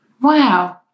Wow